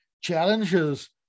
challenges